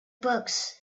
books